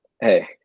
hey